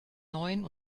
neuen